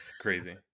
crazy